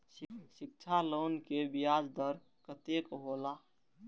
शिक्षा लोन के ब्याज दर कतेक हौला?